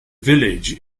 village